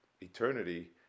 eternity